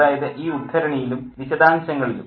അതായത് ഈ ഉദ്ധരണിയിലും വിശദാംശങ്ങളിലും